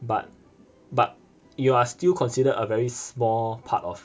but but you are still considered a very small part of